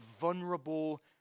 vulnerable